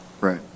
right